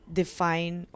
define